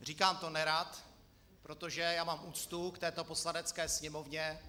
Říkám to nerad, protože mám úctu k této Poslanecké sněmovně.